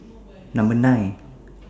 Number nine